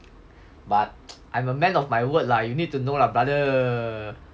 but I'm a man of my word lah you need to know lah brother